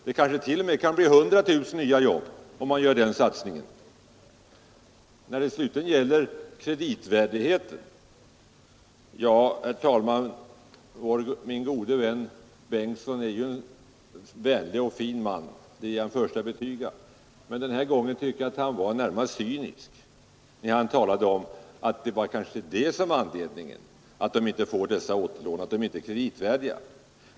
Det kanske t.o.m. kan bli 100 000 nya jobb om man gör den satsningen. Slutligen gäller det kreditvärdigheten. Herr talman! Min gode vän herr Bengtsson är ju en vänlig och fin man, det är jag den förste att betyga. Men den här gången tycker jag att han var närmast cynisk när han talade om att anledningen till att företagen inte får dessa återlån kanske är att de inte är kreditvärdiga.